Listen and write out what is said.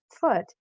foot